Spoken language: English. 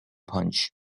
punch